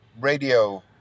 radio